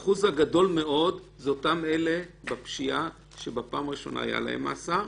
השיעור הגדול מאוד זה אותם אלה בפשיעה שבפעם הראשונה היה להם מאסר.